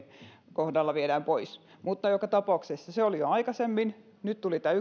kohdalla viedään pois mutta joka tapauksessa se oli jo aikaisemmin ja nyt tuli tämä